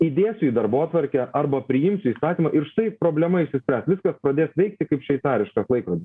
įdėsiu į darbotvarkę arba priimsiu įstatymą ir štai problema išsispręs viskas pradės veikti kaip šveicariškas laikrodis